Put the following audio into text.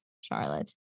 Charlotte